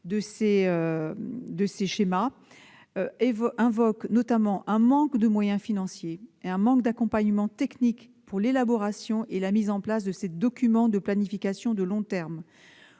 de ces schémas invoquent notamment un manque de moyens financiers et d'accompagnement technique pour l'élaboration et la mise en place de ces documents de planification de long terme.